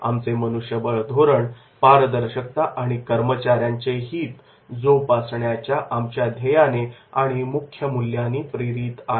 आमचे मनुष्यबळ धोरण पारदर्शकता आणि कर्मचाऱ्यांचे हित जोपासण्याच्या आमच्या ध्येयाने आणि मुख्य मूल्यानी प्रेरित आहे